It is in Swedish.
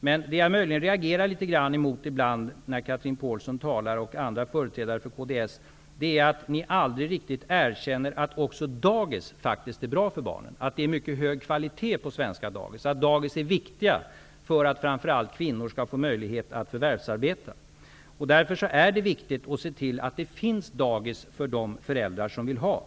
Men det jag möjligen ibland reagerar emot när Chatrine Pålsson och andra företrädare för kds talar om detta är att ni aldrig riktigt erkänner att också dagis faktiskt är bra för barnen, att det är mycket hög kvalitet på svenska dagis och att dagis är viktiga för att framför allt kvinnor skall få möjlighet att förvärvsarbeta. Därför är det viktigt att se till att det finns dagis för de föräldrar som vill ha det.